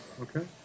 Okay